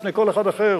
לפני כל אחד אחר,